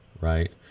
right